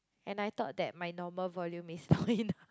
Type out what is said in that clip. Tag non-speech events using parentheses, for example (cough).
and I thought that my normal volume is loud (laughs) enough